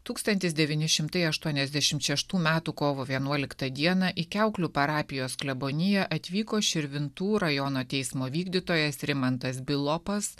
tūkstantis devyni šimtai aštuoniasdešimt šeštų metų kovo vienuoliktą dieną į kiauklių parapijos kleboniją atvyko širvintų rajono teismo vykdytojas rimantas bilopas